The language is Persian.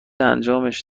انجامش